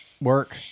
Work